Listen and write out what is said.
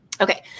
Okay